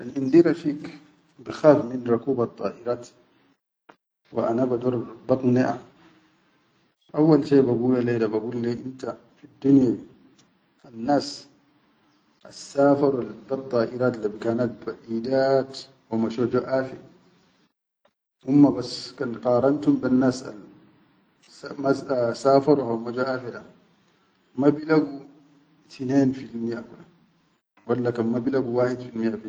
Kan indi rafig bikhaf min rakubaddairaat wa ana bador baqniaʼa, awwal shai bagula le da bagul inta fiddunya di annas assafaro le beddaʼirat le bikanat baʼidaat wa masho jo afe humma bas kan qarantum bennas al ma alsafaro haw ma jo afe da, ma bilagu tinen fil miaʼa kula walla kan ma lailagu wahid.